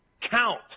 count